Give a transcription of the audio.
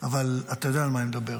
אבל אתה יודע על מה אני מדבר.